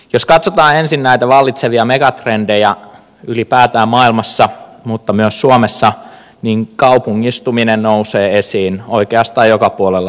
jos katsotaan ensin näitä vallitsevia megatrendejä ylipäätään maailmassa mutta myös suomessa niin kaupungistuminen nousee esiin oikeastaan joka puolella läntistä maailmaa